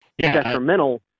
detrimental